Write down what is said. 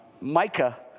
Micah